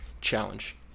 challenge